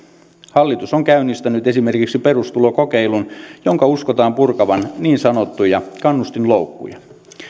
hallitus on käynnistänyt esimerkiksi perustulokokeilun jonka uskotaan purkavan niin sanottuja kannustinloukkuja